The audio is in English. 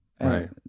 right